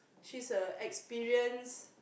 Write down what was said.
she's a experienced